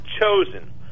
chosen